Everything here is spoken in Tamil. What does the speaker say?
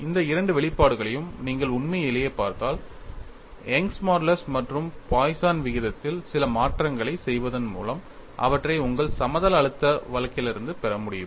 இந்த இரண்டு வெளிப்பாடுகளையும் நீங்கள் உண்மையிலேயே பார்த்தால் யங்கின் மாடுலஸ் Young's modulus மற்றும் பாய்சன் விகிதத்தில் சில மாற்றங்களைச் செய்வதன் மூலம் அவற்றை உங்கள் சமதள அழுத்த வழக்கிலிருந்து பெற முடியுமா